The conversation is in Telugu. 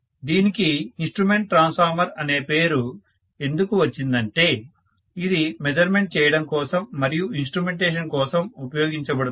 దీనికి ఇన్స్ట్రుమెంట్ ట్రాన్స్ఫార్మర్ అనే పేరు ఎందుకు వచ్చిందంటే ఇది మెజర్మెంట్ చేయడం కోసం మరియు ఇన్స్ట్రుమెంటేషన్ కోసం ఉపయోగించబడుతుంది